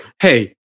Hey